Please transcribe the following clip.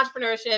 Entrepreneurship